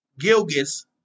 Gilgis